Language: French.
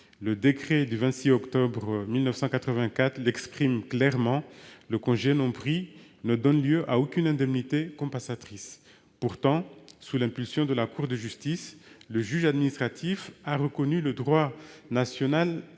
Le décret du 26 octobre 1984 souligne clairement que le congé non pris ne donne lieu à aucune indemnité compensatrice. Toutefois, sous l'impulsion de la Cour de justice, le juge administratif a reconnu le droit national